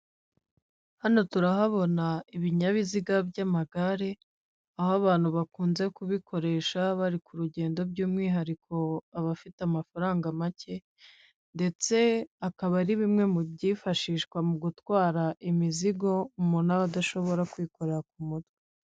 Hano turahabona ibinyabiziga by'amagare, aho abantu bakunze kubikoresha bari ku rugendo by'umwihariko abafite amafaranga make ndetse akaba ari bimwe mu byifashishwa mu gutwara imizigo umuntu aba adashobora kwikorera ku mutwe.